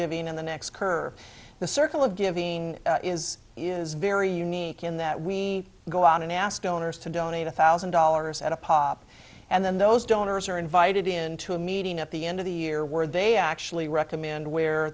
giving and the next curve the circle of giving is is very unique in that we go out and ask donors to donate one thousand dollars at a pop and then those donors are invited into a meeting at the end of the year where they actually recommend where